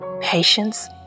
patience